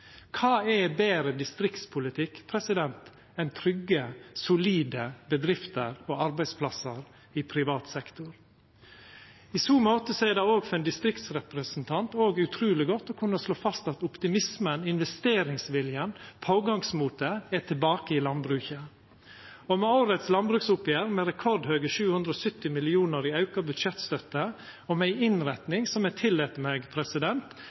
Kva er betre distriktspolitikk enn trygge, solide bedrifter og arbeidsplassar i privat sektor? I så måte er det for ein distriktsrepresentant òg utruleg godt å kunna slå fast at optimismen, investeringsviljen og pågangsmotet er tilbake i landbruket. Og med landbruksoppgjeret frå i år, med rekordhøge 770 mill. kr i auka budsjettstøtte, og med ei innretting som eg tillèt meg